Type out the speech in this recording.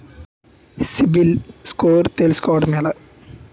CIBIL score తెల్సుకోటం ఎలా?